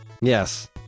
Yes